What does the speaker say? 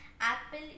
apple